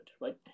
right